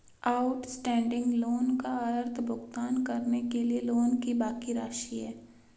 outstanding loan का अर्थ भुगतान करने के लिए लोन की बाकि राशि है